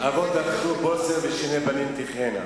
אבות אכלו בוסר ושיני בנים תקהינה.